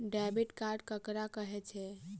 Debit card ककरा कहै छै?